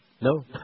No